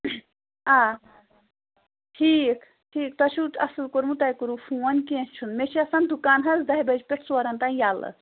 آ ٹھیٖک ٹھیٖک تۄہہِ چھُو اَصٕل کوٚرمُت تۄہہِ کوٚروٕ فون کیٚنٛہہ چھُنہٕ مےٚ چھِ آسان دُکان حظ دَہہِ بَجہِ پٮ۪ٹھ ژورَن تانۍ یَلہٕ